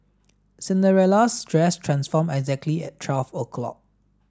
Cinderella's dress transformed exactly at twelve o'clock